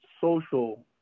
social